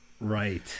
Right